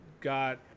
got